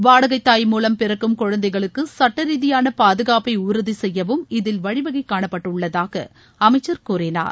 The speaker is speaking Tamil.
வாடகை தாய் மூலம் பிறக்கும் குழந்தைகளுக்கு சட்ட ரீதியான பாதுகாப்பை உறுதி செய்யவும் இதில் வழிவகை காணப்பட்டுள்ளதாக அமைச்சர் கூறினார்